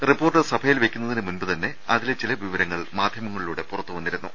report സഭയിൽ വെയ്ക്കുന്നതിന് മുമ്പുതന്നെ അതിലെ ചില വിവരങ്ങൾ മാധ്യമങ്ങളിലൂടെ പുറത്തുവന്നിരുന്നു